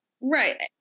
Right